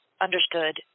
understood